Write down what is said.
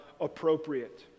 appropriate